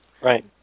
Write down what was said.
Right